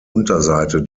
unterseite